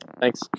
thanks